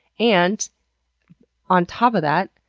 and on top of that,